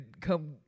come